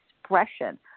expression